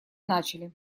начали